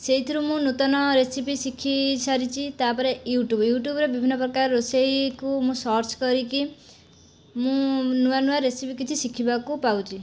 ସେଥିରୁ ମୁଁ ନୂତନ ରେସିପି ଶିଖି ସାରିଛି ତା'ପରେ ୟୁଟ୍ୟୁବ୍ ୟୁଟ୍ୟୁବ୍ରେ ବିଭିନ୍ନ ପ୍ରକାର ରୋଷେଇକୁ ମୁଁ ସର୍ଚ୍ଚ କରିକି ମୁଁ ନୂଆ ନୂଆ ରେସିପି କିଛି ଶିଖିବାକୁ ପାଉଛି